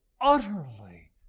utterly